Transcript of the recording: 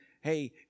Hey